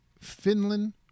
Finland